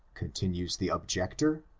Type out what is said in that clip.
continues the objector,